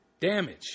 damage